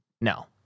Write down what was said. No